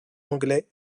anglais